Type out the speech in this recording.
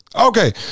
Okay